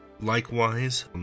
Likewise